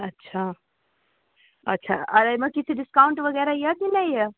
अच्छा अच्छा आओर एहिमे किछु डिस्काउण्ट वगैरह अइ कि नहि अइ